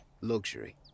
Luxury